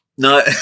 No